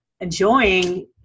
enjoying